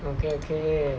okay okay